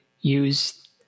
use